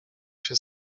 się